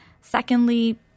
Secondly